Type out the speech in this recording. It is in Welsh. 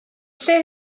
lle